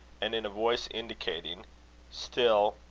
and, in a voice indicating still